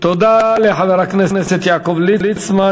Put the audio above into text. תודה לחבר הכנסת יעקב ליצמן.